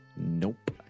Nope